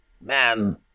...man